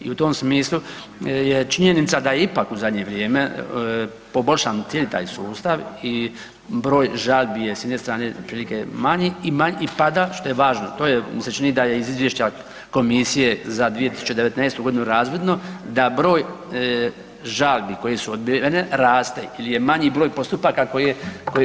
I u tom smislu je činjenica da je ipak u zadnje vrijeme poboljšan cijeli taj sustav i broj žalbi je s jedne strane otprilike manji i pada, što je važno, to mi se čini da je iz Izvješća komisije za 2019.g. razvidno, da broj žalbi koje su odbijene raste, il je manji broj postupaka